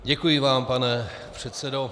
Děkuji vám, pane předsedo.